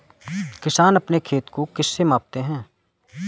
किसान अपने खेत को किससे मापते हैं?